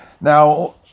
Now